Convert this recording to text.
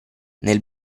nel